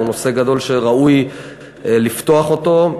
הוא נושא גדול שראוי לפתוח אותו,